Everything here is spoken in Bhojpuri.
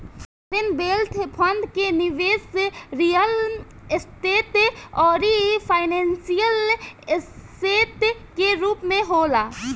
सॉवरेन वेल्थ फंड के निबेस रियल स्टेट आउरी फाइनेंशियल ऐसेट के रूप में होला